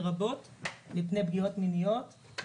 לרבות מפני פגיעות מיניות.